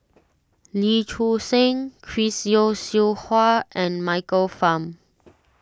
Lee Choon Seng Chris Yeo Siew Hua and Michael Fam